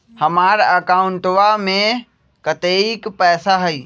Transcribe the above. हमार अकाउंटवा में कतेइक पैसा हई?